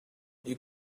you